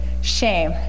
Shame